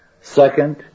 Second